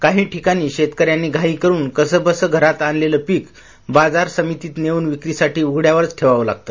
काही शेतकऱ्यांनी घाई करून कसंबसं घरात आणलेले पिक बाजार समितीत नेऊन विक्रीसाठी उघड्यावरच ठेवाव लागत